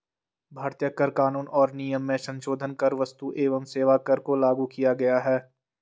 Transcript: भारतीय कर कानून और नियम में संसोधन कर क्स्तु एवं सेवा कर को लागू किया गया है